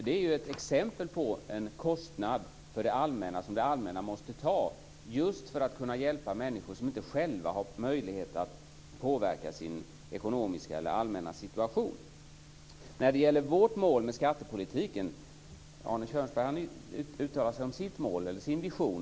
Det är ett exempel på en kostnad för det allmänna som det allmänna måste ta just för att hjälpa människor som inte själva har möjlighet att påverka sin ekonomiska situation. Arne Kjörnsberg uttalade sig om sitt mål och sin vision med skattepolitiken.